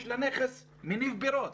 יש לה נכס מניב פירות,